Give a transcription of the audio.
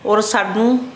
ਔਰ ਸਾਨੂੰ